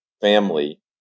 family